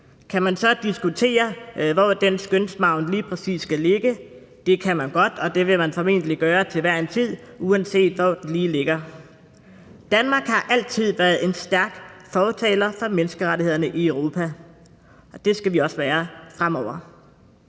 Kan man så diskutere, hvor den skønsmargen lige præcis skal ligge? Det kan man godt, og det vil man formentlig gøre til hver en tid, uanset hvor den lige ligger. Danmark har altid været en stærk fortaler for menneskerettighederne i Europa, og det skal vi også være fremover.